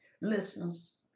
Listeners